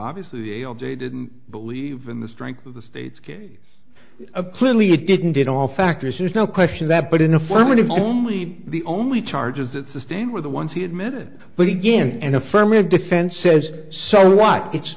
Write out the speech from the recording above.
obviously the a l j didn't believe in the strength of the state's case of clearly it didn't did all factors there's no question that but in affirmative only the only charges that sustained were the ones he admitted but he didn't and affirmative defense says so what it's